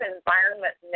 Environment